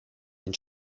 den